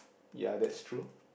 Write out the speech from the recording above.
ya that's true